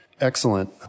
Excellent